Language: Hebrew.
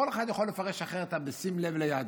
כל אחד יכול לפרש אחרת את "בשים לב ליעדים".